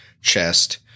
chest